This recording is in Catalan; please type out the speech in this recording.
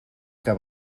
que